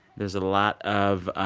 there's a lot of ah